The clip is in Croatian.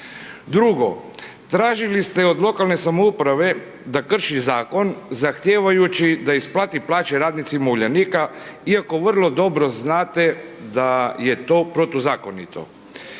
Drugo, tražili ste od lokalne samouprave da krši Zakon zahtijevajući da isplati plaće radnicima Uljanika iako vrlo dobro znate da je to protuzakonito.